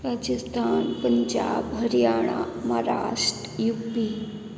Rajasthan Punjab Haryana Maharashtra U P